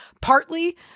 partly